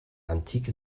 antike